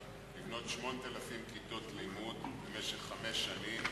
לבנות 8,000 כיתות לימוד במשך חמש שנים.